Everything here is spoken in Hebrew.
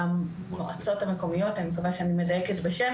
המועצות המקומיות אני מקווה שאני מדייקת בשם